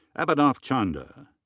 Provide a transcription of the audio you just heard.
abhinav chanda.